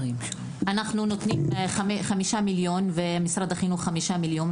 אנחנו נותנים חמישה מיליון ומשרד החינוך חמישה מיליון.